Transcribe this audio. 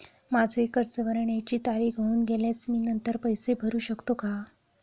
माझे कर्ज भरण्याची तारीख होऊन गेल्यास मी नंतर पैसे भरू शकतो का?